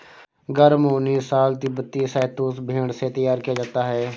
गर्म ऊनी शॉल तिब्बती शहतूश भेड़ से तैयार किया जाता है